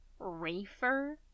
Rafer